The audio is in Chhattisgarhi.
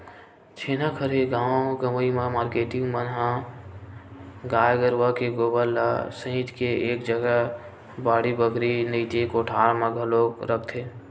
छेना खरही गाँव गंवई म मारकेटिंग मन ह गाय गरुवा के गोबर ल सइत के एक जगा बाड़ी बखरी नइते कोठार म लाके रखथे